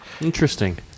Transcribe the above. Interesting